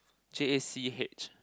J A C H